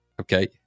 okay